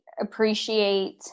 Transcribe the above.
appreciate